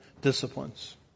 disciplines